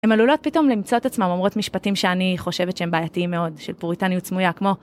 הן עלולות פתאום למצוא את עצמן אומרות משפטים שאני חושבת שהם בעייתיים מאוד, של פוריטניות סמויה, כמו...